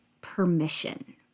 permission